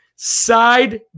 Side